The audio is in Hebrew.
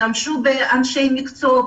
ישתמשו באנשי מקצוע,